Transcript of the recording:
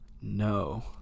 No